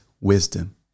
wisdom